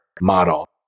model